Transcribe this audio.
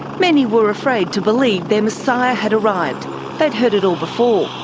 many were afraid to believe their messiah had arrived they'd heard it all before.